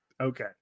okay